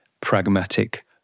pragmatic